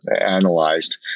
analyzed